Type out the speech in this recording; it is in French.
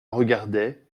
regardait